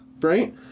Right